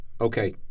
Okay